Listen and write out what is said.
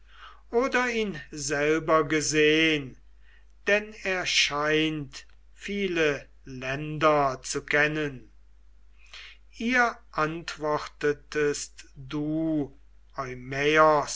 oder ihn selber gesehn denn er scheint viel länder zu kennen ihr antwortetest du